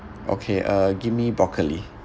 okay uh give me broccoli